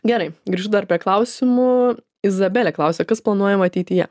gerai grįžtu dar prie klausimų izabelė klausia kas planuojama ateityje